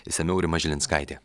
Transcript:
išsamiau rima žilinskaitė